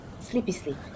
Sleepy-sleep